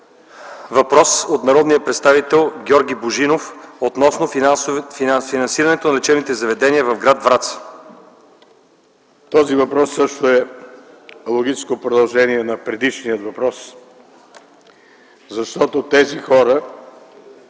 Въпрос от народния представител Георги Божинов относно финансирането на лечебните заведения в гр. Враца. ГЕОРГИ БОЖИНОВ (КБ): Този въпрос също е логическо продължение на предишния, защото тези хора,